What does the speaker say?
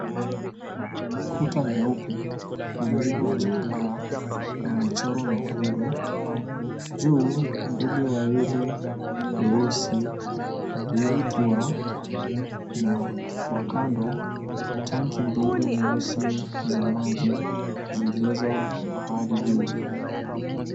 Kuta nyeupe iliochakaa na michoro mekundu. Juu ndege wawili weusi waliotua. Na kwa kando, tanki mbili nyeusi za maji, zilizo pahali juu.